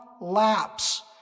lapse